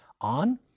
on